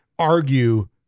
argue